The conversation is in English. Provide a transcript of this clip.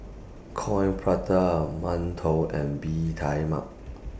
Coin Prata mantou and Bee Kai Mak